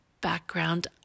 background